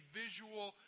visual